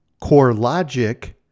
CoreLogic